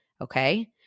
Okay